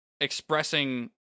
expressing